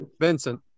vincent